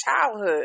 childhood